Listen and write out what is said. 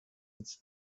its